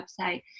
website